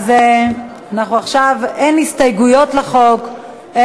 אין הסתייגויות לחוק,